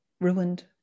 ruined